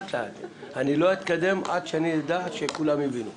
לא אתקדם כל עוד לא אדע שכולם הבינו.